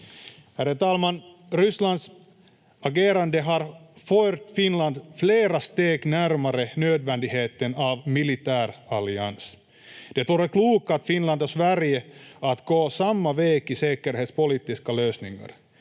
Rysslands agerande har fört Finland flera steg närmare nödvändigheten av en militär allians. Det vore klokt av Finland och Sverige att gå samma väg i säkerhetspolitiska lösningar.